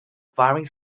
firing